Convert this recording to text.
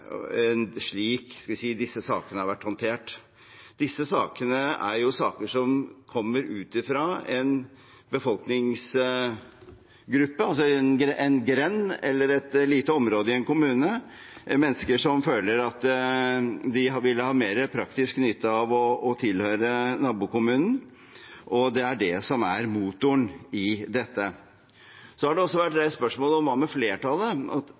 slik disse sakene har vært håndtert. Dette er saker som kommer fra en befolkningsgruppe – i en grend eller i et lite område i en kommune – mennesker som føler at de ville ha mer praktisk nytte av å tilhøre nabokommunen. Det er det som er motoren i dette. Man har også reist spørsmålet: Hva med flertallet?